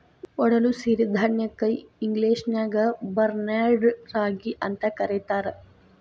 ಒಡಲು ಸಿರಿಧಾನ್ಯಕ್ಕ ಇಂಗ್ಲೇಷನ್ಯಾಗ ಬಾರ್ನ್ಯಾರ್ಡ್ ರಾಗಿ ಅಂತ ಕರೇತಾರ